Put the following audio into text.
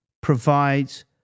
provides